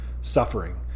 Suffering